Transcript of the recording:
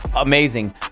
amazing